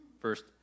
first